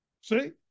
See